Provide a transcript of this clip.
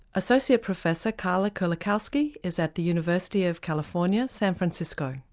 associate professor karla kerlikowske is at the university of california, san francisco.